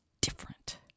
different